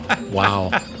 wow